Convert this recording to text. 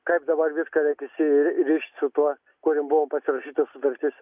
kaip dabar viską reik išsirišt su tuo kuriam buvo pasirašyta sutartis